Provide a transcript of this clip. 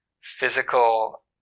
physical